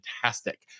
fantastic